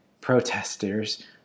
protesters